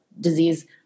disease